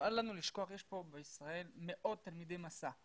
אל לנו לשכוח, יש פה בישראל מאות תלמידי "מסע"